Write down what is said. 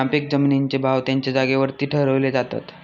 नापीक जमिनींचे भाव त्यांच्या जागेवरती ठरवले जातात